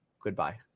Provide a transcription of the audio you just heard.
Goodbye